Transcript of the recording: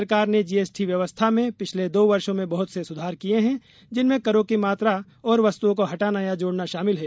सरकार ने G S T व्यावस्थाए में पिछले दो वर्षो में बहत से सुधार किये हैं जिनमें करों की मात्रा और वस्तेओं को हटाना या जोड़ना शामिल हैं